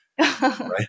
right